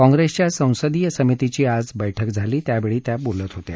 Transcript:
काँप्रेसच्या संसदीय समितीची आज बैठक झाली त्यावेळी त्या बोलत होत्या